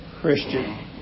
Christian